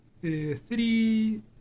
three